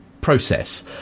process